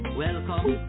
welcome